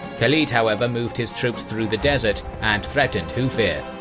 khalid, however, moved his troops through the desert and threatened hufeir.